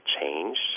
changed